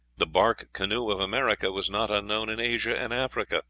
the bark canoe of america was not unknown in asia and africa